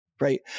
Right